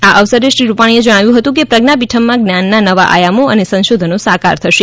આ અવસરે શ્રી રૂપાણીએ જણાવ્યું હતું કે પ્રજ્ઞાપીઠમમાં જ્ઞાનના નવા આયામો અને સંશોધનો સાકાર થશે